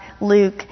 Luke